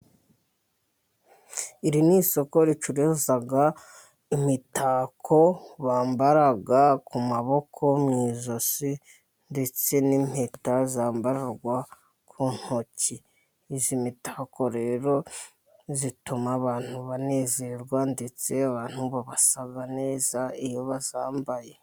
Iri ni isoko ricuruza imitako, bambara ku maboko, mu ijosi ndetse n'impeta zambarwa ku ntoki, iy'imitako rero ituma abantu banezerwa ndetse abantu basa neza iyo bayambaye.